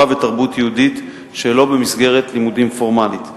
ותרבות יהודית שלא במסגרת לימודים פורמלית".